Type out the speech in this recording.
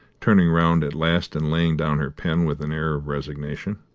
turning round at last and laying down her pen with an air of resignation.